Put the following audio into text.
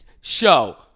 show